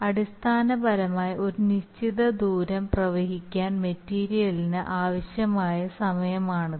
അടിസ്ഥാനപരമായി ഒരു നിശ്ചിത ദൂരം പ്രവഹിക്കാൻ മെറ്റീരിയലിന് ആവശ്യമായ സമയമാണിത്